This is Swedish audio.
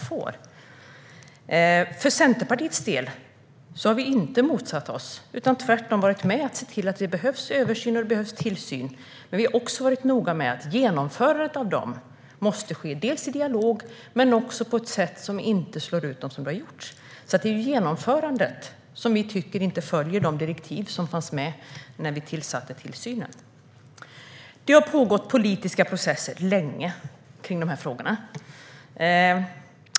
Vi i Centerpartiet har inte motsatt oss detta, utan vi har tvärtom tyckt att det behövs översyn och tillsyn. Men vi har varit noga med att genomförandet måste ske i dialog men också på ett sätt som inte slår ut dem. Det är alltså genomförandet som vi inte tycker följer de direktiv som fanns när det gäller tillsynen. Det har pågått politiska processer länge om dessa frågor.